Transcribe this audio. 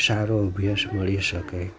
શારો અભ્યાસ મળી શકે